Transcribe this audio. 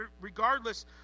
regardless